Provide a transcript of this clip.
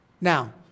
Now